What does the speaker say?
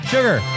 Sugar